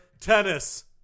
tennis